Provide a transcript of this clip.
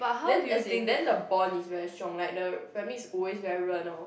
then as in then bond is very strong like the family is always very 热闹:renao